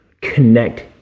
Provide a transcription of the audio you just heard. connect